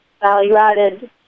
value-added